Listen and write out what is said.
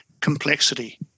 complexity